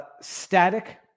static